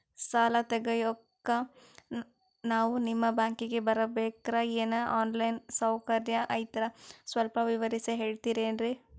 ಸಾಲ ತೆಗಿಯೋಕಾ ನಾವು ನಿಮ್ಮ ಬ್ಯಾಂಕಿಗೆ ಬರಬೇಕ್ರ ಏನು ಆನ್ ಲೈನ್ ಸೌಕರ್ಯ ಐತ್ರ ಸ್ವಲ್ಪ ವಿವರಿಸಿ ಹೇಳ್ತಿರೆನ್ರಿ?